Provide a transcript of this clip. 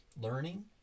learning